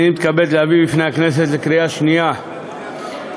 הנני מתכבד להביא בפני הכנסת לקריאה שנייה ולקריאה